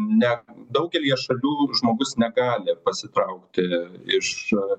ne daugelyje šalių žmogus negali pasitraukti iš